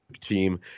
team